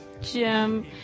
Jim